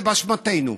זה באשמתנו.